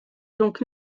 donc